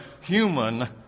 human